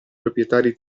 proprietari